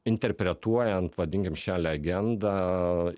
interpretuojant vadinkim šią legendą